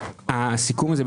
בגל הזה שהיה בין